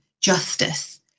justice